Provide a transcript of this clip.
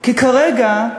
כי כרגע,